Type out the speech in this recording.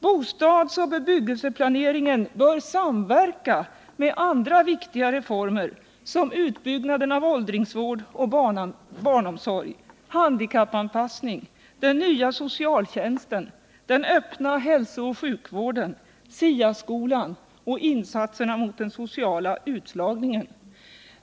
Bostadsoch bebyggelseplaneringen bör samverka med andra viktiga reformer, såsom utbyggnaden av åldringsvård och barnomsorg, handikappanpassning, den nya socialtjänsten, den öppna hälsooch sjukvården, SIA skolan och insatserna mot den sociala utslagningen.